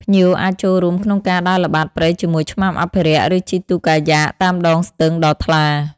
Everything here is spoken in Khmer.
ភ្ញៀវអាចចូលរួមក្នុងការដើរល្បាតព្រៃជាមួយឆ្មាំអភិរក្ស ឬជិះទូកកាយ៉ាក់តាមដងស្ទឹងដ៏ថ្លា។